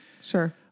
Sure